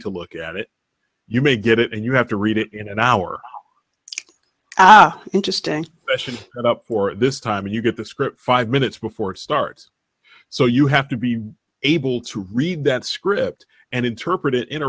to look at it you may get it and you have to read it in an hour interesting question and up for this time and you get the script five minutes before it starts so you have to be able to read that script and interpret it in